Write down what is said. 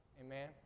Amen